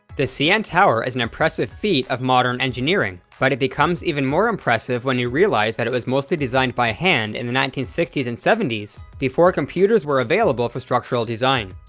the cn tower is an impressive feat of modern engineering, but it becomes even more impressive when you realize that it was mostly designed by hand in the nineteen sixty s and seventy s before computers were available for structural design.